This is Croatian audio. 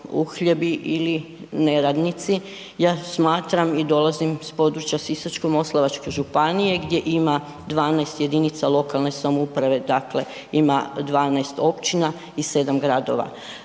uhljebi ili neradnici. Ja smatram i dolazim s područja Sisačko-moslavačke županije gdje ima 12 jedinica lokalne samouprave dakle ima 12 općina i 7 gradova.